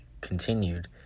continued